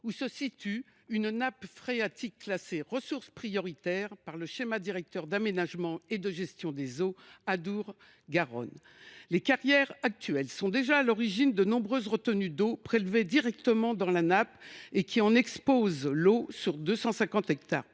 où se situe une nappe phréatique classée comme ressource prioritaire par le schéma directeur d’aménagement et de gestion des eaux (Sdage) Adour Garonne. Les carrières actuelles sont déjà à l’origine de nombreuses retenues d’eau, ressource prélevée directement dans la nappe. L’eau est exposée sur 250 hectares.